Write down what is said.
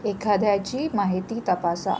एखाद्याची माहिती तपासा